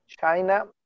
China